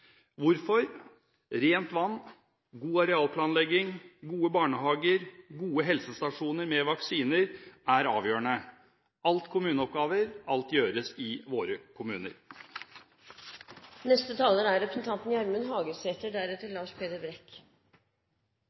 Hvorfor? Rent vann, god arealplanlegging, gode barnehager og gode helsestasjoner med vaksiner er avgjørende. Alt er kommuneoppgaver, alt gjøres i våre kommuner. No er det fleire, m.a. representanten